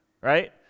right